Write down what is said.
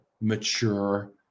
mature